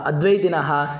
अद्वैतिनः